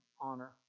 honor